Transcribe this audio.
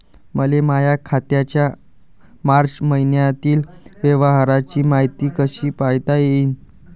मले माया खात्याच्या मार्च मईन्यातील व्यवहाराची मायती कशी पायता येईन?